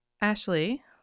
Ashley